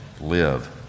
live